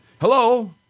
Hello